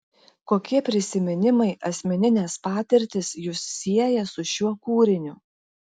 kokie prisiminimai asmeninės patirtys jus sieja su šiuo kūriniu